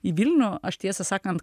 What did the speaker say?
į vilnių aš tiesą sakant